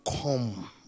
come